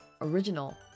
original